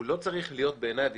לא צריך להיות בעיניי,